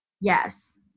Yes